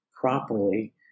properly